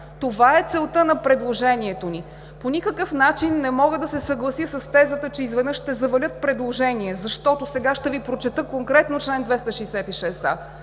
Това е целта на предложението ни. По никакъв начин не мога да се съглася с тезата, че изведнъж ще завалят предложения, защото сега ще Ви прочета конкретно чл. 266а.